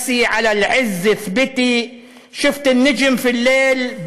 / צפיתי בסוסים המשתוללים.